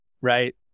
right